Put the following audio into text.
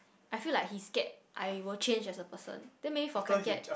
I feel like he scared I will change as a person then maybe for Kai-Kiat